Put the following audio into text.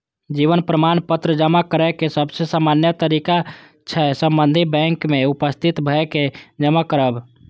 जीवन प्रमाण पत्र जमा करै के सबसे सामान्य तरीका छै संबंधित बैंक में उपस्थित भए के जमा करब